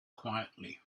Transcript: quietly